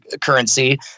currency